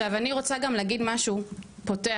אני רוצה גם להגיד משהו פותח,